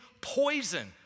poison